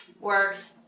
works